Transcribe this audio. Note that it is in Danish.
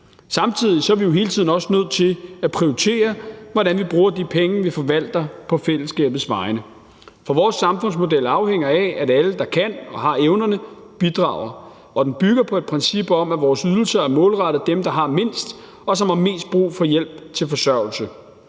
Samtidig er vi jo også hele tiden nødt til at prioritere, hvordan vi bruger de penge, vi forvalter på fællesskabets vegne, for vores samfundsmodel afhænger af, at alle, der kan og har evnerne, bidrager, og den bygger på et princip om, at vores ydelser er målrettet dem, der har mindst, og som har mest brug for hjælp til forsørgelse.